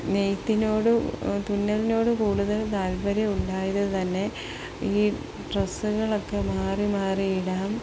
നെയ്ത്തിനോട് തുന്നലിനോട് കൂടുതൽ താല്പര്യമുണ്ടായത് തന്നെ ഈ ഡ്രസ്സുകളൊക്കെ മാറി മാറിയിടാം